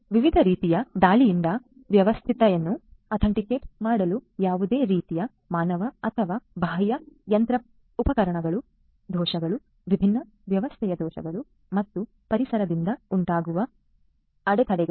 ಆದ್ದರಿಂದ ವಿವಿಧ ರೀತಿಯ ದಾಳಿಯಿಂದ ವ್ಯವಸ್ಥೆಯನ್ನು ದೃ ust ವಾಗಿ ಮಾಡಲು ಯಾವುದೇ ರೀತಿಯ ಮಾನವ ಅಥವಾ ಬಾಹ್ಯ ಯಂತ್ರೋಪಕರಣಗಳ ದೋಷಗಳು ವಿಭಿನ್ನ ವ್ಯವಸ್ಥೆಯ ದೋಷಗಳು ಮತ್ತು ಪರಿಸರದಿಂದ ಉಂಟಾಗುವ ಅಡೆತಡೆಗಳು